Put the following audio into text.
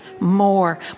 more